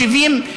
אתם לא מקשיבים,